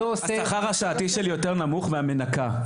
השכר השעתי שלי הוא יותר נמוך מהמנקה.